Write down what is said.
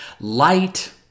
Light